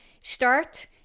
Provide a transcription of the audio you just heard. start